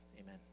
amen